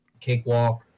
Cakewalk